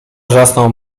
wrzasnął